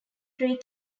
three